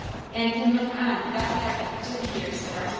and can look on without doubting to the years that are to come.